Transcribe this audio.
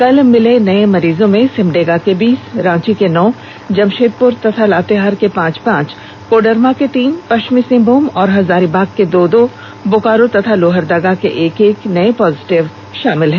कल मिले नये मरीजों में सिमडेगा के बीस रांची के नौ जमशेदपुर तथा लातेहार के पांच पांच कोडरमा के तीन पश्चिमी सिंहभूम और हजारीबाग के दो दो बोकारो तथा लोहरदगा के एक एक नए पॉजिटिव शामिल हैं